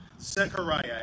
Zechariah